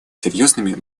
серьезными